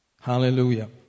Hallelujah